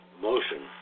motion